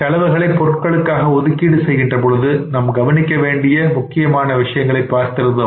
செலவுகளை பொருட்களுக்காக ஒதுக்கீடு செய்கின்ற பொழுது நாம் கவனிக்க வேண்டிய முக்கியமான விஷயங்களை பார்த்திருந்தோம்